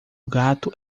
gato